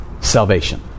salvation